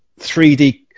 3D